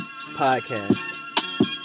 podcast